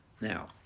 Now